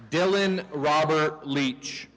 dylan robert leech